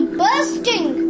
bursting